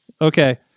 Okay